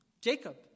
Jacob